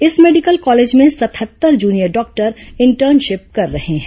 इस medical college में सतहत्तर जूनियर डॉक्टर इंटर्नशिप कर रहे हैं